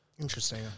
interesting